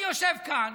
אני יושב כאן,